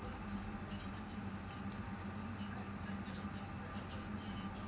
it says